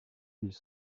ils